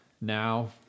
now